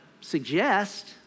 suggest